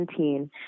2017